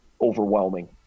overwhelming